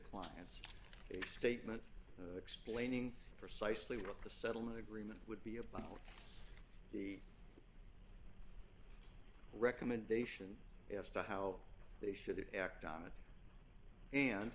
clients a statement explaining precisely what the settlement agreement would be the recommendation as to how they should act on it and